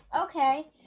okay